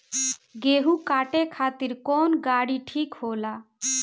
गेहूं काटे खातिर कौन गाड़ी ठीक होला?